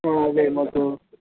అదే మొత్తం